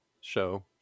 show